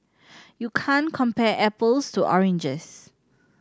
you can't compare apples to oranges